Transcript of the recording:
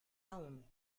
aún